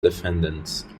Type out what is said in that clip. defendants